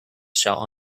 shall